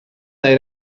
dai